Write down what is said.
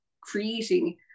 creating